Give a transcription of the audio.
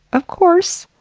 of course,